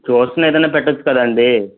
tuition ఏదైన పెట్ట వచ్చు కదండి